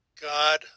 God